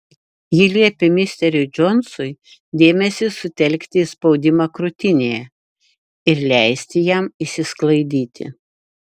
ji liepė misteriui džonsui dėmesį sutelkti į spaudimą krūtinėje ir leisti jam išsisklaidyti